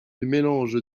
mélange